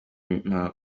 impamvu